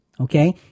Okay